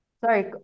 sorry